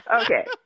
Okay